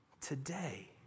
today